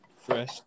Fresh